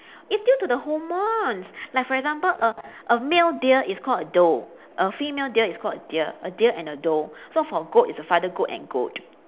it's due to the hormones like for example a a male deer is called a doe a female deer is called a deer a deer and a doe so for goat is the father goat and goat